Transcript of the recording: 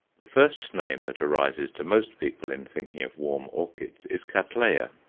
the first name that arises to most people in thinking of warm orchids is cattleya,